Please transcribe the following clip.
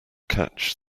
catch